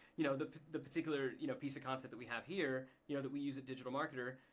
you know the the particular you know piece of content that we have here, you know that we use at digital marketer,